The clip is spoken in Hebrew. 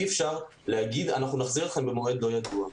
אי אפשר להגיד: נחזיר אתכם במועד לא ידוע.